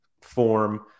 form